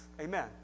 Amen